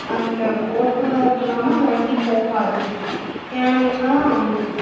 அந்த ஓட்டுநர் இல்லாமல் அந்த வண்டி போகாது ஏன்னுங்கன்னால்